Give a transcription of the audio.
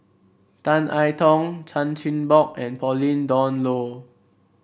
Tan I Tong Chan Chin Bock and Pauline Dawn Loh